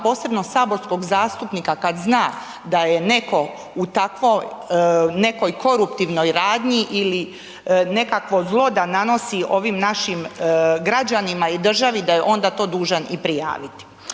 posebno saborskog zastupnika kad zna da je netko u tako nekoj koruptivnoj radnji ili nekakvo zlo da nanosi ovim našim građanima i državi da je onda to dužan i prijaviti.